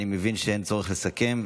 אני מבין שאין צורך לסכם,